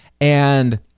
And-